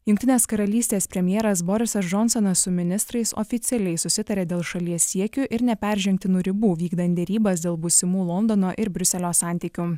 jungtinės karalystės premjeras borisas džonsonas su ministrais oficialiai susitarė dėl šalies siekių ir neperžengtinų ribų vykdant derybas dėl būsimų londono ir briuselio santykių